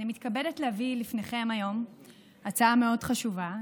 אני מתכבדת להביא לפניכם היום הצעה מאוד חשובה,